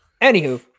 Anywho